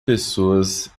pessoas